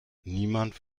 niemand